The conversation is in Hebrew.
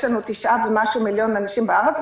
יש לנו תשעה מיליון ומשהו אזרחים בארץ,